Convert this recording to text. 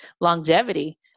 longevity